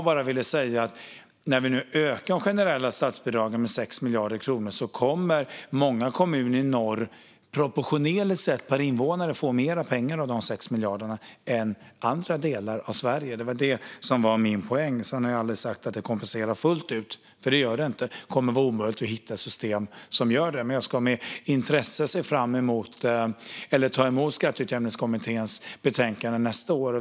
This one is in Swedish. När vi nu ökar de generella statsbidragen med 6 miljarder kronor kommer många kommuner i norr proportionerligt sett, per invånare, att få mer av dessa 6 miljarder än andra delar av Sverige. Det var detta som var min poäng. Jag har aldrig sagt att det kompenserar fullt ut, för det gör det inte - det kommer att vara omöjligt att hitta ett system som gör det. Jag ska med intresse ta emot skatteutjämningskommitténs betänkande nästa år.